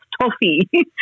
toffee